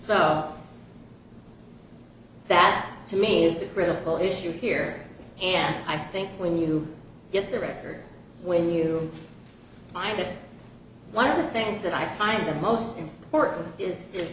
so that to me is the critical issue here and i think when you get the record when you find it one of the things that i find the most important i